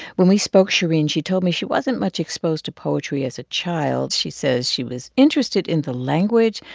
when we spoke, shereen, she told me she wasn't much exposed to poetry as a child. she says she was interested in the language,